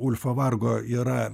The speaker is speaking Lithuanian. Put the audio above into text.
ulfo vargo yra